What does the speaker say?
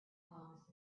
promises